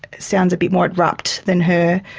sounds a bit more abrupt than her.